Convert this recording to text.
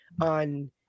on